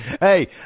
Hey